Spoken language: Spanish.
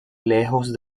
lejos